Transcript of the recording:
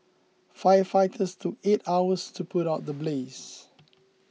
firefighters took eight hours to put out the blaze